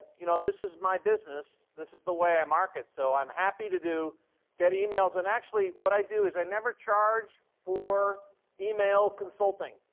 you know, this is my business, this is the way i market so i'm happy to do get emails and actually what i do is i never charge for email consulting,